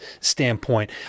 standpoint